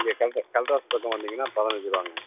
இங்கே கல்ட்ரு கல்ட்ரு ஆஃபிஸ் பக்கம் வந்தீங்கன்னால் பதினைஞ்சு ரூபாங்க